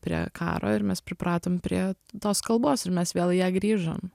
prie karo ir mes pripratom prie tos kalbos ir mes vėl į ją grįžom